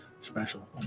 special